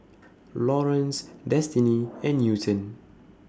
Lawrence Destini and Newton